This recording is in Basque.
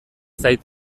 zait